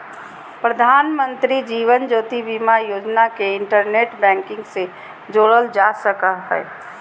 प्रधानमंत्री जीवन ज्योति बीमा योजना के इंटरनेट बैंकिंग से जोड़ल जा सको हय